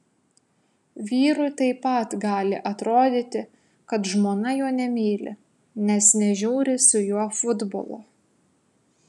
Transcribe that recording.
vyrui taip pat gali atrodyti kad žmona jo nemyli nes nežiūri su juo futbolo